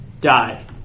die